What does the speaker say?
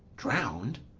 drown'd!